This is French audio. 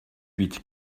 huit